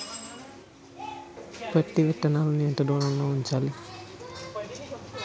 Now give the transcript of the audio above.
పత్తి విత్తనాలు ఎంత దూరంలో ఉంచాలి?